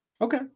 Okay